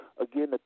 Again